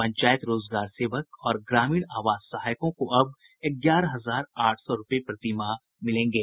पंचायत रोजगार सेवक और ग्रामीण आवास सहायकों को अब ग्यारह हजार आठ सौ रूपये प्रति माह मिलेंगे